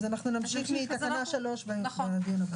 אז אנחנו נמשיך מתקנה 3 בדיון הבא.